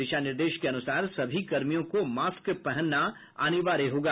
दिशा निर्देश के अनुसार सभी कर्मियों को मास्क पहनना अनिवार्य होगा